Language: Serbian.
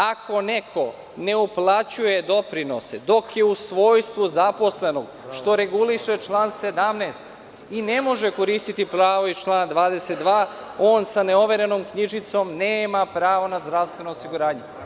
Ako neko ne uplaćuje doprinose dok je u svojstvu zaposlenog, što reguliše član 17. i ne može koristiti pravo iz člana 22, on sa neoverenom knjižicom nema pravo na zdravstveno osiguranje.